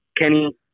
Kenny